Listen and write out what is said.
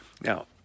Now